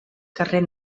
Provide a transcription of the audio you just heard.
carrer